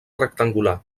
rectangular